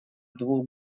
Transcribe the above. двух